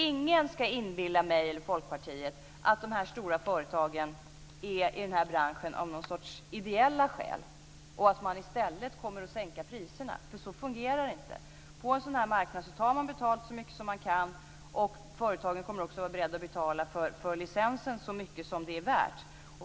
Ingen ska inbilla mig och Folkpartiet att de här stora företagen är i den här branschen av någon sorts ideella skäl och att man i stället kommer att sänka priserna. Så fungerar det inte. På en sådan här marknad tar man betalt så mycket som man kan, och företagen kommer också att vara beredda att betala så mycket för licensen som den är värd.